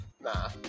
Nah